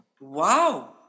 Wow